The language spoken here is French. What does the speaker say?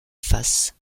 face